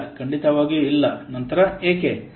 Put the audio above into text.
ಇಲ್ಲ ಖಂಡಿತವಾಗಿಯೂ ಇಲ್ಲ ನಂತರ ಏಕೆ